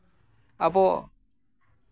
ᱟᱵᱚ